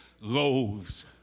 loaves